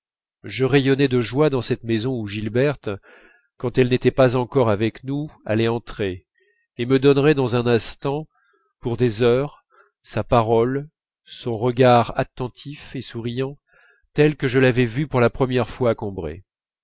je rayonnais de joie dans cette maison où gilberte quand elle n'était pas encore avec nous allait entrer et me donnerait dans un instant pour des heures sa parole son regard attentif et souriant tel que je l'avais vu pour la première fois à combray